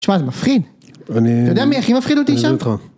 שמע זה מפחיד, אתה יודע מי הכי מפחיד אותי שם?